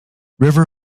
river